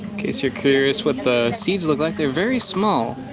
incase you're curious what the seeds look like, they're very small.